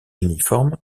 uniformes